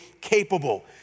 capable